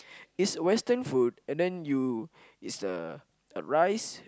it's Western food and then you it's a a rice